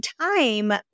Time